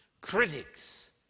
critics